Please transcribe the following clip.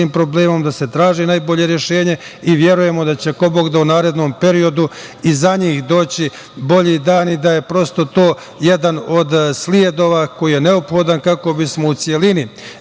problemom, da se traži najbolje rešenje i verujemo da će, ako bog da, u narednom periodu i za njih doći bolji dani, da je prosto to jedan od sledova koji je neophodan kako bismo u celini